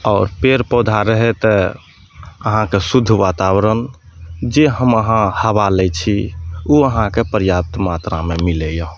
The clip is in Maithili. आओर पेड़ पौधा रहै तऽ अहाँक शुद्ध वातावरण जे हम अहाँ हवा लै छी ओ अहाँके पर्याप्त मात्रामे मिलैए